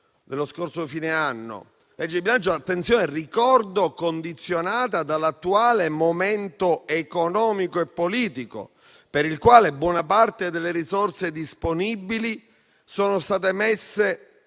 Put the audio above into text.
dello scorso fine anno; legge di bilancio, lo ricordo, condizionata dall'attuale momento economico e politico, a causa del quale buona parte delle risorse disponibili sono state messe